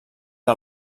que